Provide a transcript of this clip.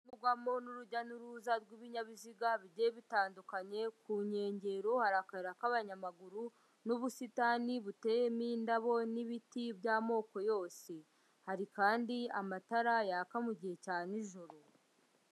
Urujya n'uruza rw'ibinyabiziga bigiye bitandukanye, ku nkengero hari akayira k'abanyamaguru n'ubusitani buteyemo indabo n'ibiti by'amoko yose, hari kandi amatara yaka mu gihe cya nijoro.